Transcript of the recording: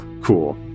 cool